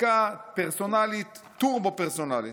חקיקה פרסונלית, טורבו-פרסונלית.